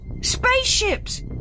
Spaceships